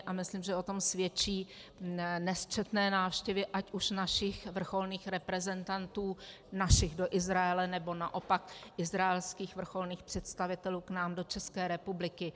A myslím, že o tom svědčí nesčetné návštěvy ať už našich vrcholných reprezentantů do Izraele, nebo naopak izraelských vrcholných představitelů k nám do České republiky.